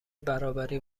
برابری